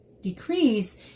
decrease